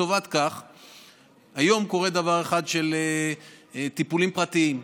לטובת זה היום קורה דבר אחד, טיפולים פרטיים,